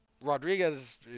Rodriguez